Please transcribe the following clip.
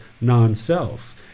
non-self